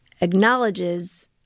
acknowledges